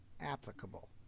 applicable